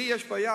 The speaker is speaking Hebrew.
לי יש בעיה,